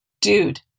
dude